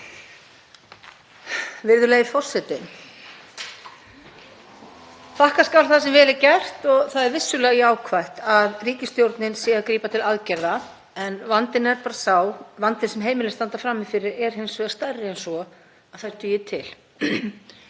Virðulegi forseti. Þakka skal það sem vel er gert. Það er vissulega jákvætt að ríkisstjórnin sé að grípa til aðgerða en vandinn sem heimilin standa frammi fyrir er hins vegar stærri en svo að þær dugi til.